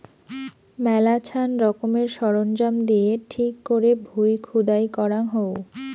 মেলাছান রকমের সরঞ্জাম দিয়ে ঠিক করে ভুঁই খুদাই করাঙ হউ